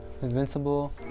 Invincible